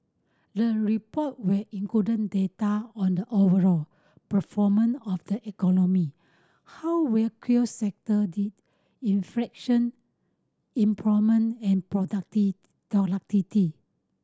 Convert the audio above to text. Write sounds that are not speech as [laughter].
the report will include data on the overall performance [unintelligible] of the economy how various sector did inflation employment and [unintelligible]